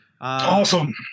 Awesome